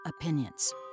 opinions